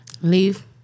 Leave